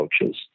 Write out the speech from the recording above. coaches